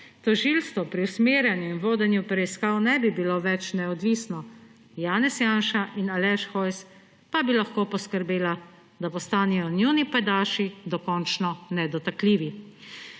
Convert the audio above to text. Tožilstvo pri usmerjanju in vodenju preiskav ne bi bilo več neodvisno. Janez Janša in Aleš Hojs pa bi lahko poskrbela, da postanejo njuni pajdaši dokončno nedotakljivi.